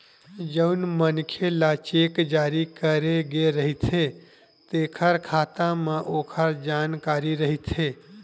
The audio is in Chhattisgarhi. जउन मनखे ल चेक जारी करे गे रहिथे तेखर खाता म ओखर जानकारी रहिथे